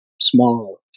small